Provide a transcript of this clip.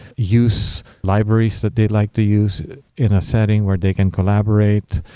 use libraries that they like to use in a setting where they can collaborate,